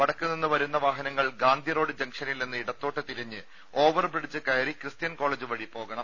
വടക്ക് നിന്ന് വരുന്ന വാഹനങ്ങൾ ഗാന്ധി റോഡ് ജംഗ്ഷനിൽ നിന്ന് ഇടത്തോട്ട് തിരിഞ്ഞ് ഓവർ ബ്രിഡ്ജ് കയറി ക്രിസ്ത്യൻ കോളജ് വഴി പോകണം